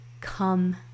come